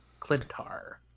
Clintar